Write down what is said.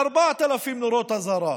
ארבעת אלפים נורות אזהרה.